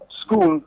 school